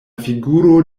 figuro